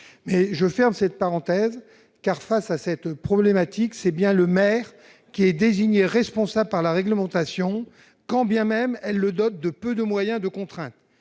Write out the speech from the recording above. a été au rendez-vous. Face à cette problématique, c'est le maire qui est désigné responsable par la réglementation, quand bien même elle le dote de peu de moyens de contrainte.